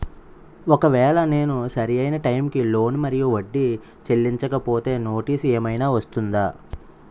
ఒకవేళ నేను సరి అయినా టైం కి లోన్ మరియు వడ్డీ చెల్లించకపోతే నోటీసు ఏమైనా వస్తుందా?